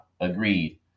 agreed